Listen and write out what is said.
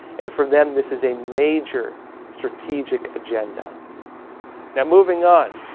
and for them. this is a major strategic agenda now moving on,